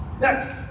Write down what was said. Next